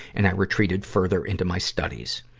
and i retreated further into my studies.